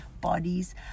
bodies